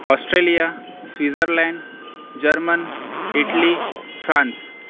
Australia Switzerland German Italy France